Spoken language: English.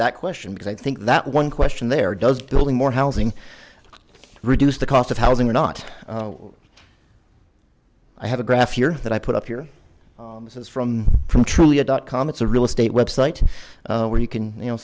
that question because i think that one question there does building more housing reduce the cost of housing or not i have a graph here that i put up here this is from from trulia comm it's a real estate website where you can you know